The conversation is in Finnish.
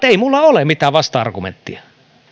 ei minulla ole mitään vasta argumenttia